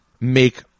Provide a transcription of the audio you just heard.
make